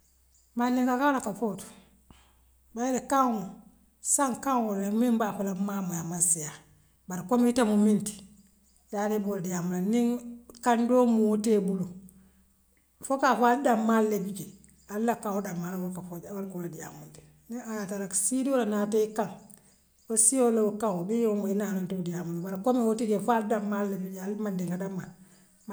Mandiŋka baa la ka foo wo to bare ila kaŋo saŋ kaŋoo lemu min mbaa fola m'maa moy aman siyaa bare ite muŋ minti nii aleyee mool diyaamuna niŋ kaŋ doo moo tee bulu fo kaa foye aldammaal lebijee al la kaŋoo damaal la moo ka foo jaŋ woola kulu diyaamoke niŋ ayaa tara sii doo le naata ikaŋ woo siiol le woo kaŋ niŋ yee woo moy inaa na atol diyaamule bare kommu woo tijee fo al damaal lebijaŋ al mandiŋka damaal.